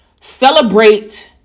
celebrate